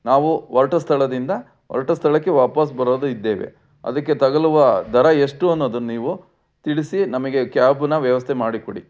ನಾವು ಹೊರಟ ಸ್ಥಳದಿಂದ ಹೊರಟ ಸ್ಥಳಕ್ಕೆ ವಾಪಸ್ಸು ಬರೋದು ಇದ್ದೇವೆ ಅದಕ್ಕೆ ತಗಲುವ ದರ ಎಷ್ಟು ಅನ್ನೋದನ್ನು ನೀವು ತಿಳಿಸಿ ನಮಗೆ ಕ್ಯಾಬ್ನ ವ್ಯವಸ್ಥೆ ಮಾಡಿಕೊಡಿ